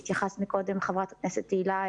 חברת הכנסת תהלה,